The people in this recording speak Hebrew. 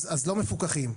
אז לא מפוקחים.